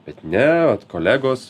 bet ne vat kolegos